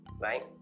right